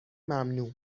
ممنوع